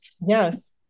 yes